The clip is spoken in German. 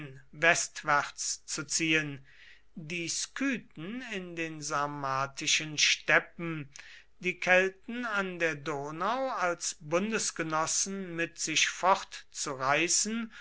westwärts zu ziehen die skythen in den sarmatischen steppen die kelten an der donau als bundesgenossen mit sich